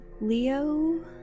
leo